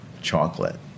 chocolate